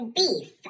beef